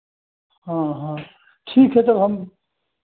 हाँ हाँ ठीक है तब हम